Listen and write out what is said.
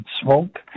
smoke